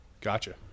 Gotcha